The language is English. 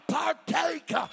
partake